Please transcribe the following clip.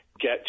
get